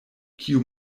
kiu